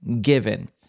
Given